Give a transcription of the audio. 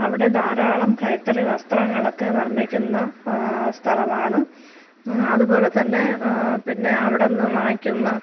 അവിടെ ധാരാളം കൈത്തറി വസ്ത്രങ്ങളൊക്കെ നിർമ്മിക്കുന്ന സ്ഥലമാണ് അതുപോലെ തന്നെ പിന്നെ അവിടെനിന്ന് വാങ്ങിക്കുന്ന